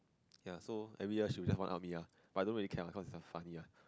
ya so every year she will just one up me lah but I don't really care lah cause its her lah